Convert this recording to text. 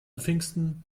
pfingsten